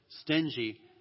Stingy